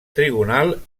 trigonal